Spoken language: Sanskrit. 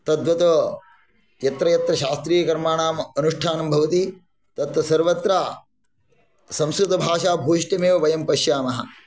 तद्वत् यत्र यत्र शास्त्रीयकर्माणाम् अनुष्ठानं भवति तत्र सर्वत्र संस्कृतभाषाभूयिष्ठमेव वयं पश्यामः